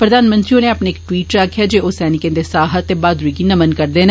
प्रधनमंत्री होरें अपने इक ट्विट इच आक्खेआ जे ओ सैनिकें दे साहस ते बहादूरी गी नमन करदे न